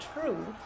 true